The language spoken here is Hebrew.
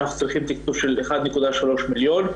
אנחנו צריכים תקצוב של 1.3 מיליון.